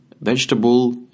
Vegetable